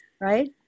Right